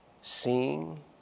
seeing